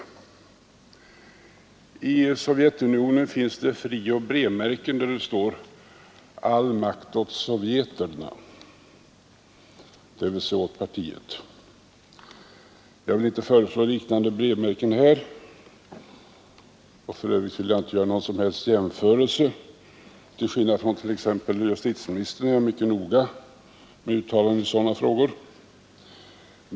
I Sovjetunionen finns det frimärken och brevmärken på vilka det står ”All makt åt sovjeterna”, dvs. åt partiet. Jag vill inte föreslå liknande brevmärken här — och jag vill för övrigt inte göra någon som helst jämförelse. Till skillnad från exempelvis justitieministern är jag mycket noga med uttalanden i sådana frågor.